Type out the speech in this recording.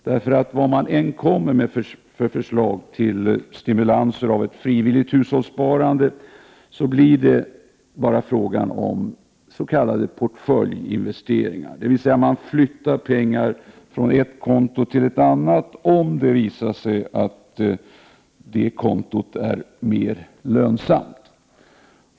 Vilka förslag man än kommer med för att stimulera ett frivilligt hushållssparande blir det bara fråga om s.k. portföljinvesteringar, dvs. man flyttar pengar från ett konto till ett annat, om det visar sig att det kontot är mer lönsamt.